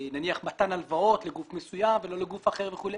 נניח מתן הלוואות לגוף מסוים ולא לגוף אחר וכולי.